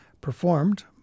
performed